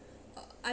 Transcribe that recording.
uh I